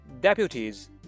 Deputies